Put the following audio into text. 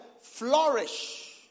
flourish